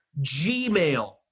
Gmail